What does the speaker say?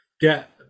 get